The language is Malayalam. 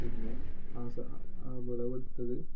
പിന്നെ ആ വിളവെടുത്തത്